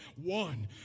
one